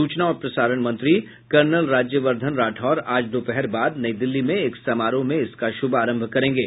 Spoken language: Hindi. सूचना और प्रसारण मंत्री कर्नल राज्यवर्धन राठौड़ आज दोपहर बाद नई दिल्ली में एक समारोह में इसका शुभारंभ करेंगे